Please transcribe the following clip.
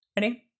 Ready